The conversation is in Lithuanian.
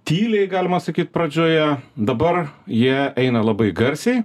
tyliai galima sakyt pradžioje dabar jie eina labai garsiai